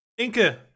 Inke